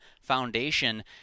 foundation